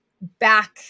back